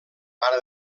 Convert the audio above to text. mare